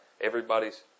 everybody's